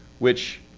which